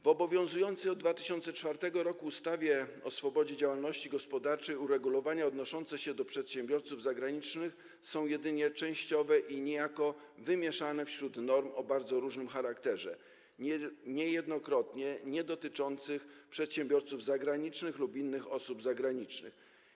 W obowiązującej od 2004 r. ustawie o swobodzie działalności gospodarczej uregulowania odnoszące się do przedsiębiorców zagranicznych są jedynie częściowe i niejako wymieszane wśród norm o bardzo różnym charakterze, niejednokrotnie niedotyczących przedsiębiorców zagranicznych lub innych osób zagranicznych.